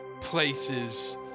places